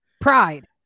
pride